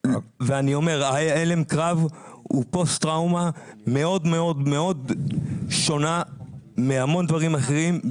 הלם קרב הוא פוסט טראומה מאוד שונה מהמון דברים אחרים,